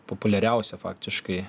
populiariausia faktiškai